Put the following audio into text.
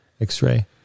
x-ray